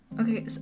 Okay